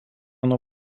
nuo